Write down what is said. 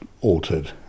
altered